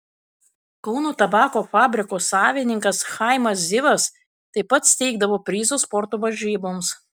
kauno tabako fabriko savininkas chaimas zivas taip pat steigdavo prizus sporto varžyboms